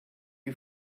you